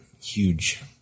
huge